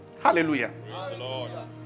Hallelujah